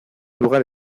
lugar